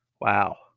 Wow